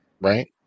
Right